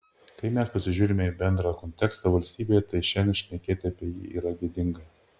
kai mes pasižiūrime į bendrą kontekstą valstybėje tai šiandien šnekėti apie jį yra gėdinga